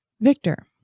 Victor